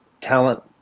talent